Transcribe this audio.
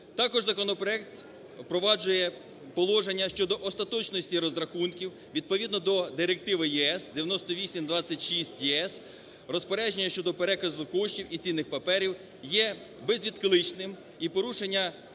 Також законопроект впроваджує положення щодо остаточності розрахунків, відповідно до Директиви ЄС 98/26/ЄС, розпорядження щодо переказу коштів і цінних паперів є безвідкличним. І порушення